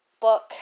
book